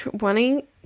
wanting